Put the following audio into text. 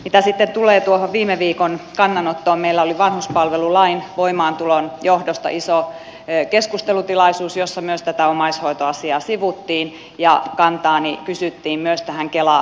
mitä sitten tulee tuohon viime viikon kannanottoon meillä oli vanhuspalvelulain voimaantulon johdosta iso keskustelutilaisuus jossa myös tätä omaishoitoasiaa sivuttiin ja kantaani kysyttiin myös tähän kelalle siirtämiseen